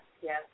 yes